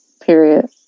period